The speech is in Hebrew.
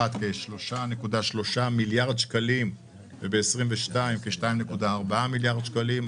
- 3.3 מיליארד שקלים וב-2022 - כ-2.4 מיליארד שקלים.